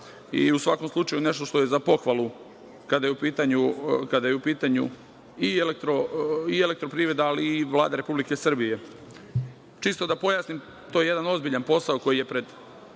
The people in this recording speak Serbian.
i u svakom slučaju nešto što je za pohvalu, kada je u pitanju i „Elektroprivreda“, ali i Vlada Republike Srbije. Čisto da pojasnim, to je jedan ozbiljan posao koji je pred